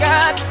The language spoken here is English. God